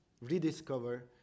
rediscover